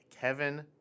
Kevin